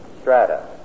strata